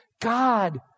God